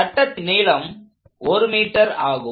சட்டத்தின் நீளம் 1 மீட்டர் ஆகும்